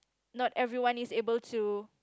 not everyone is able to